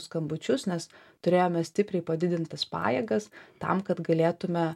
skambučius nes turėjome stipriai padidintas pajėgas tam kad galėtume